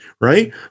Right